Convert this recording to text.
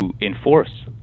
enforce